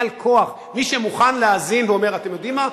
מי שמוכן להאזין ואומר: אתם יודעים מה?